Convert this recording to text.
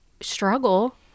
struggle